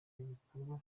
ibikorwa